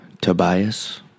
Tobias